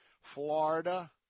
Florida